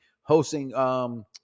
hosting